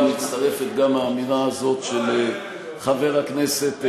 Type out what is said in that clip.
מצטרפת גם האמירה הזאת של חבר הכנסת גילאון,